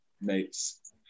mates